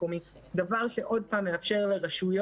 מה שאנחנו אומרים כבר הרבה שנים,